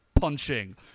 punching